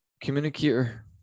Communicator